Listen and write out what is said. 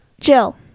Jill